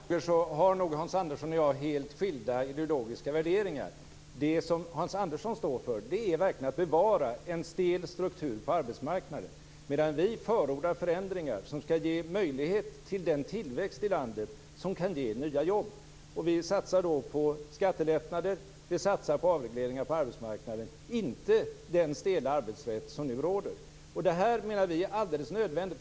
Fru talman! När det gäller dessa frågor har nog Hans Andersson och jag helt skilda ideologiska värderingar. Det som Hans Andersson står för är verkligen att bevara en stel struktur på arbetsmarknaden, medan vi förordar förändringar som skall ge möjlighet till den tillväxt i landet som kan ge nya jobb. Vi satsar på skattelättnader och på avregleringar på arbetsmarknaden - inte på den stela arbetsrätt som nu råder. Det här menar vi är alldeles nödvändigt.